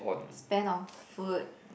spend on food